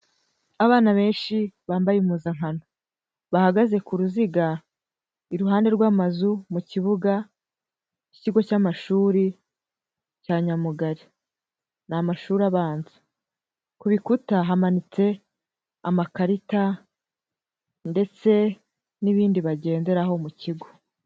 Abana benshi bambaye impuzankano bahagaze ku ruziga iruhande rw'amazu, mu kibuga cy'ikigo cy'amashuri cya Nyamugari. Ni amashuri abanza. Ku bikuta hamanitse amakarita ndetse n'ibindi bagenderaho mu kigo.